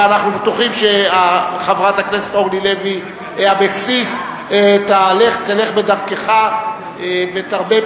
אני קובע שחברת הכנסת אורלי לוי אבקסיס נבחרה לסגנית